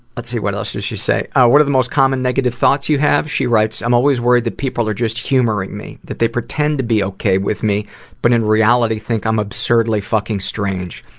let's see, what else does she say? um, ah what are the most common negative thoughts you have? she writes, i'm always worried that people are just humoring me, that they pretend to be okay with me but in reality think i'm absurdly fucking strange.